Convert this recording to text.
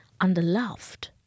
underloved